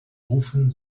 rufen